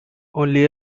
only